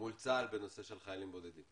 מול צה"ל בנושא של חיילים בודדים.